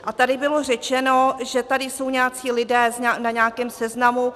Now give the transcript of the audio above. A tady bylo řečeno, že tady jsou nějací lidé na nějakém seznamu.